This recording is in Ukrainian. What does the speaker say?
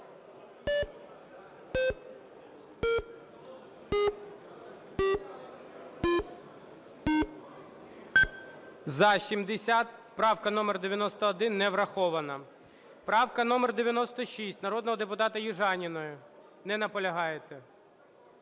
За-70 Правка номер 91 не врахована. Правка номер 96 народного депутата Южаніної. Не наполягаєте.